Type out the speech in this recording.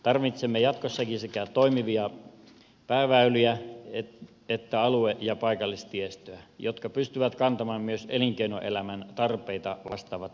tarvitsemme jatkossakin sekä toimivia pääväyliä että alue ja paikallistiestöä jotka pystyvät kantamaan myös elinkeinoelämän tarpeita vastaavat raskaat kuormat